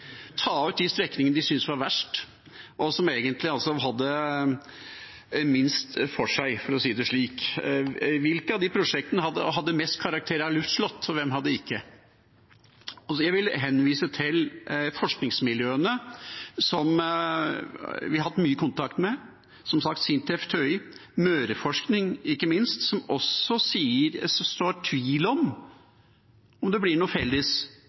ta ut de strekningene de syntes var verst, og som egentlig hadde minst for seg, for å si det slik: Hvilke av de prosjektene hadde mest karakter av luftslott, og hvilke hadde det ikke? Jeg vil henvise til forskningsmiljøene som vi har hatt mye kontakt med, SINTEF, TØI og ikke minst Møreforskning, som også sår tvil om f.eks. om det blir noe felles